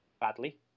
badly